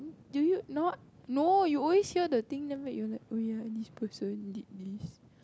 do you not no you always hear the thing damn late you oh ya this person did this